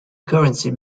currency